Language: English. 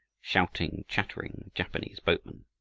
shouting, chattering japanese boatmen.